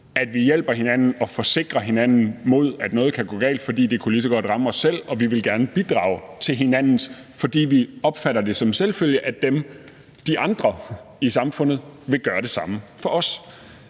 at vi hjælper hinanden og forsikrer hinanden mod, at noget kan gå galt – fordi det lige så godt kunne ramme os selv, og at vi gerne vil bidrage til hinanden, fordi vi opfatter det som en selvfølge, at de andre i samfundet vil gøre det samme for os